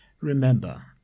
Remember